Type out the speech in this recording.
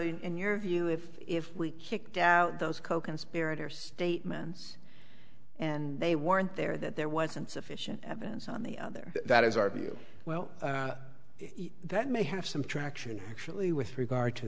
in your view if if we kicked out those coconspirator statements and they weren't there that there wasn't sufficient evidence on the other that is our view well that may have some traction actually with regard to